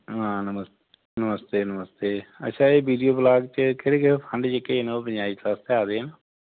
हां नमस्ते नमस्ते अच्छा A B D O block च केह्ड़े केह्ड़े फंड जेह्के न ओ पंचायत आस्तै आए दे न